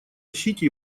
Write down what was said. защите